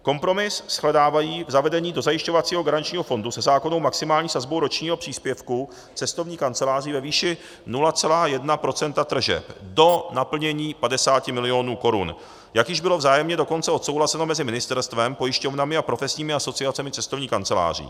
Kompromis shledávají v zavedení dozajišťovacího garančního fondu se zákonnou maximální sazbou ročního příspěvku cestovních kanceláří ve výši 0,1 % tržeb do naplnění 50 milionů korun, jak již bylo vzájemně dokonce odsouhlaseno mezi ministerstvem, pojišťovnami a profesními asociacemi cestovních kanceláří.